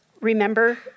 remember